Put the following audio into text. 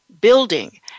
building